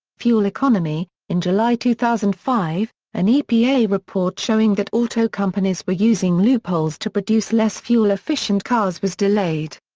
fuel economy in july two thousand and five, an epa report showing that auto companies were using loopholes to produce less fuel-efficient cars was delayed.